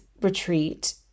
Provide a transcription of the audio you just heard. retreat